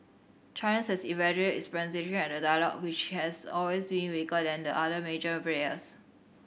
China has its representation at the dialogue which has always been weaker than the other major players